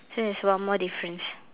so there's one more difference